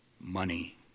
money